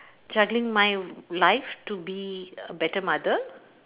juggling my life to be a better mother